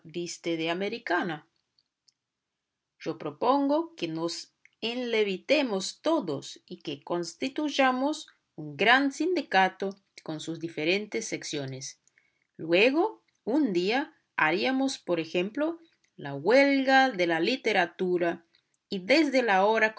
de americana yo propongo que nos enlevitemos todos y que constituyamos un gran sindicato con sus diferentes secciones luego un día haríamos por ejemplo la huelga de la literatura y desde la hora